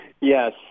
Yes